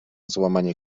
złamanie